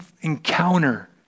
encounter